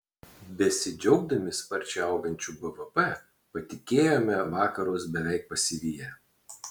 besidžiaugdami sparčiai augančiu bvp patikėjome vakarus beveik pasiviję